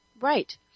Right